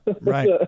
right